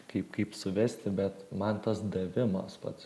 kaip kaip suvesti bet man tas davimas pats